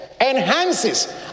enhances